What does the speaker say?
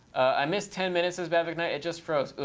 i missed ten minutes, says bavich knight. it just froze.